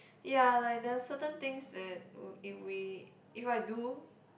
ya like there are certain things that i~ if we if I do